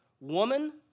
Woman